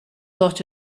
lot